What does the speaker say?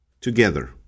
together